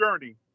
journey